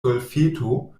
golfeto